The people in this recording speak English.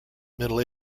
middle